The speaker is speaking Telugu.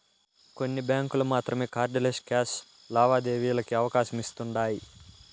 కొన్ని బ్యాంకులు మాత్రమే కార్డ్ లెస్ క్యాష్ లావాదేవీలకి అవకాశమిస్తుండాయ్